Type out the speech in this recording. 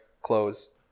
close